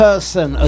person